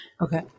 Okay